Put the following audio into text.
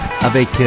avec